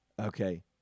okay